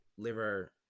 liver